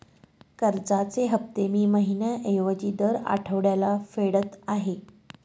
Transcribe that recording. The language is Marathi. कर्जाचे हफ्ते मी महिन्या ऐवजी दर आठवड्याला फेडत आहे